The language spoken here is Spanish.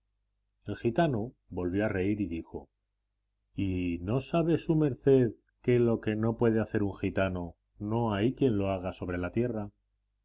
gitano se volvió a reír y dijo y no sabe su merced que lo que no puede hacer un gitano no hay quien lo haga sobre la tierra